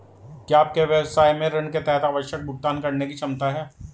क्या आपके व्यवसाय में ऋण के तहत आवश्यक भुगतान करने की क्षमता है?